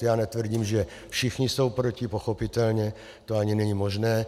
Já netvrdím, že všichni jsou proti, pochopitelně, to ani není možné.